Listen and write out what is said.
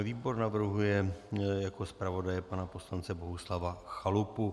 Výbor navrhuje jako zpravodaje pana poslance Bohuslava Chalupu.